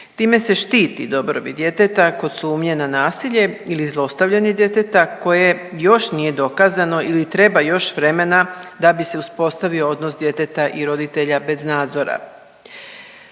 Time se štiti dobrobit djeteta kod sumnje na nasilje ili zlostavljanje djeteta koje još nije dokazano ili treba još vremena da bi se uspostavio odnos djeteta i roditelja bez nadzora.